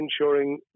ensuring